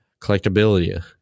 collectability